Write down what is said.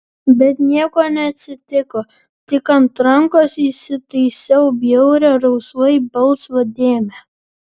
bet nieko neatsitiko tik ant rankos įsitaisiau bjaurią rausvai balsvą dėmę